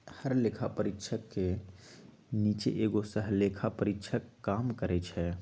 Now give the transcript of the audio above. हर लेखा परीक्षक के नीचे एगो सहलेखा परीक्षक काम करई छई